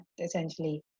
essentially